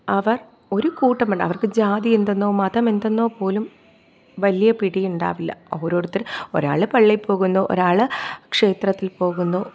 അവർ ഒരു കൂട്ടമുണ്ട് അവർക്ക് ജാതി എന്തെന്നോ മതമെന്തെന്നോ പോലും വലിയ പിടിയുണ്ടാവില്ല ഓരോരുത്തർ ഒരാൾ പള്ളിയിൽ പോകുന്നു ഒരാൾ ക്ഷേത്രത്തിൽ പോകുന്നു